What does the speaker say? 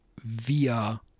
via